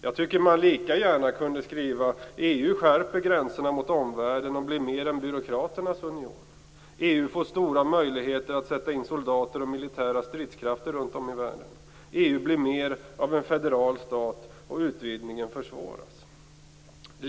Jag tycker att man lika gärna kunde skriva att EU skärper gränserna mot omvärlden och blir mer en byråkraternas union, att EU får stora möjligheter att sätta in soldater och militära stridskrafter runt om i världen, att EU blir mer av en federal stat och att utvidgningen försvåras.